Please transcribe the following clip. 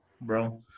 bro